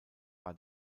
war